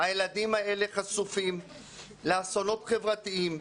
הילדים האלה חשופים לאסונות חברתיים,